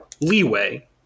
leeway